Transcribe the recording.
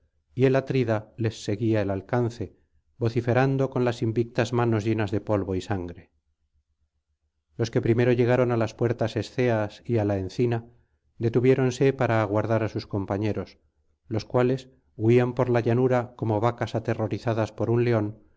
y el atrida les seguía el alcance vociferando con las invictas manos llenas de polvo y sanare los que primero llegaron á las puertas esceas y á la encina detuviéronse para aguardar á sus compañeros los cuales huían por la llanura como vacas aterrorizadas por un león